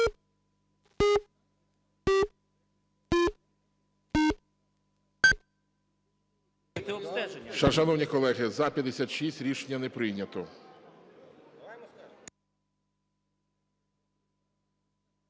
Шановні колеги, за – 56. Рішення не прийнято.